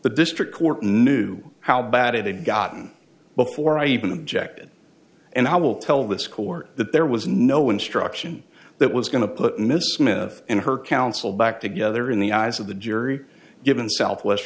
the district court knew how bad it had gotten before i even objected and i will tell this court that there was no instruction that was going to put miss mina and her counsel back together in the eyes of the jury given southwest